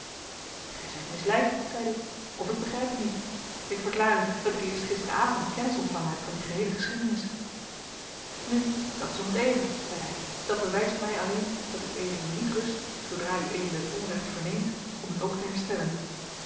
gij zijt misleid zeide ik of ik begrijp u niet ik verklaar u dat ik eerst gisteravond kennis ontvangen heb van de geheele geschiedenis nu dat is om t even zeide hij dat bewijst mij alleen dat ued niet rust zoodra ued het onrecht verneemt om het ook te herstellen